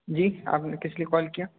जी आपने किस लिए कॉल किया